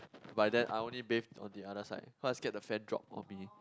but then I only bathe on the other side cause I scared the fan drop on me